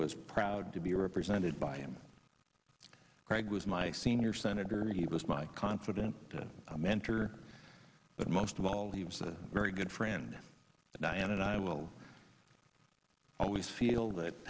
was proud to be represented by him greg was my senior senator he was my confident mentor but most of all he was a very good friend but i added i will always feel that